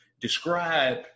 Describe